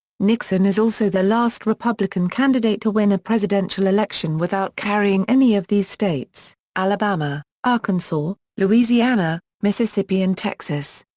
nixon is also the last republican candidate to win a presidential election without carrying any of these states alabama, arkansas, louisiana, mississippi and texas.